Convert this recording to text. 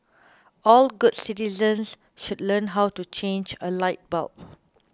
all good citizens should learn how to change a light bulb